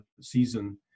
season